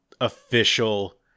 official